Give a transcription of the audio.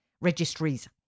Registries